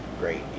great